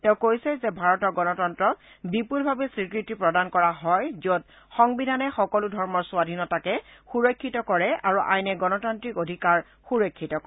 তেওঁ কৈছে যে ভাৰতৰ গণতন্ত্ৰক বিপলভাৱে স্বীকৃতি প্ৰদান কৰা হয় য'ত সংবিধানে সকলো ধৰ্মৰ স্বধীনতাকে সুৰক্ষিত কৰে আৰু আইনে গণতান্ত্ৰিক অধিকাৰৰ সুৰক্ষিত কৰে